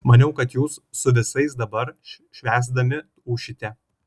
maniau kad jūs su visais dabar švęsdami ūšite